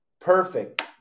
Perfect